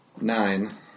Nine